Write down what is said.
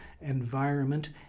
environment